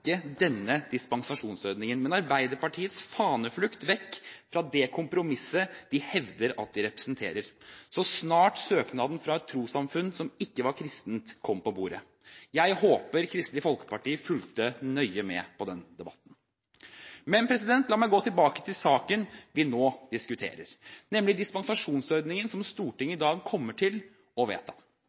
ikke denne dispensasjonsordningen, men Arbeiderpartiets faneflukt vekk fra det kompromisset de hevder de representerer – så snart søknaden fra et trossamfunn som ikke var kristent, kom på bordet. Jeg håper Kristelig Folkeparti fulgte nøye med på den debatten. Men la meg gå tilbake til saken vi nå diskuterer, nemlig dispensasjonsordningen som Stortinget i dag kommer til å vedta.